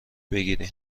بگیرین